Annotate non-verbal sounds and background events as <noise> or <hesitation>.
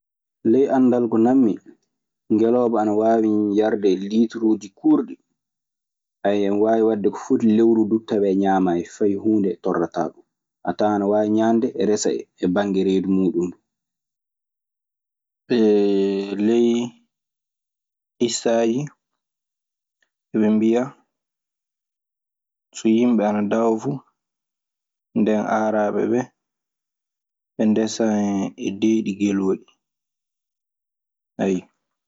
Ley anndal ko nanmi ngelooba ana waawi yarde lituruuji kuurɗi, <hesitation> ana waawi waɗde ko foti lewru duu tawee ñamaayi fay huunde torlataa ɗun. A tawan ana waawi ñande resa e bannge reedu muuɗun ndu. <hesitation> Ley ŋissaaji eɓe mbiya, so yimɓe ana dawa fu. Nden aaraaɓe ɓee ɓe ndesan e deedi golooɗi ɗii.